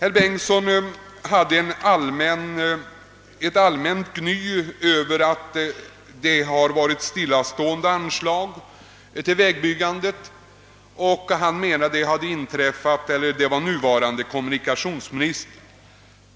Herr Bengtson förde ett allmänt gny över att anslaget till vägbyggandet stått stilla. Han ansåg tydligen att det var den nuvarande kommunikationsministern